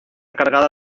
cargada